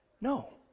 No